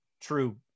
true